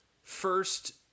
first